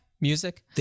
music